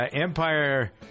empire